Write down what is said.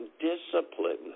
discipline